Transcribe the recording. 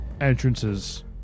entrances